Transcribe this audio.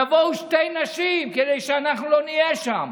יבואו שתי נשים, כדי שאנחנו לא נהיה שם.